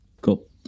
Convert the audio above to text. Cool